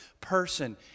person